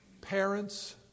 Parents